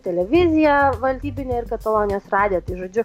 televiziją valstybinę ir katalonijos radiją tai žodžiu